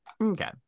okay